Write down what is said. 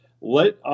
Let